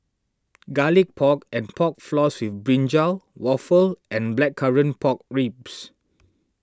Garlic Pork and Pork Floss with Brinjal Waffle and Blackcurrant Pork Ribs